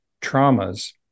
traumas